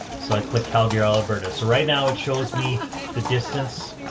so i click calgary, alberta. so right now it shows me the distance,